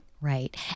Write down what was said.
Right